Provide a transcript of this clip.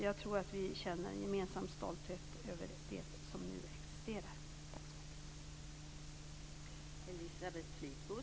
Jag tror att vi känner en gemensam stolthet över det som nu existerar.